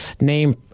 name